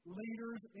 leaders